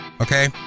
Okay